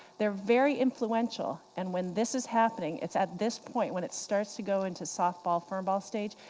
they're very influential. and when this is happening, it's at this point when it starts to go into soft ball, firm ball stage,